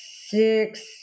six